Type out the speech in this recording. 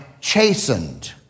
chastened